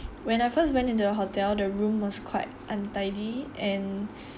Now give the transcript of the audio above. when I first went into the hotel the room was quite untidy and